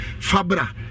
Fabra